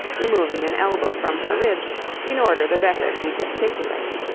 removing an elbow from her ribs in order the better to gesticulate.